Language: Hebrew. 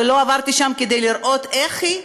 ולא עברתי שם כדי לראות איך היא?